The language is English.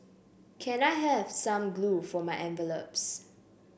can I have some glue for my envelopes